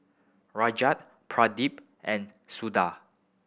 Raja Pradip and Suda